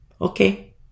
Okay